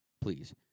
please